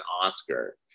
Oscar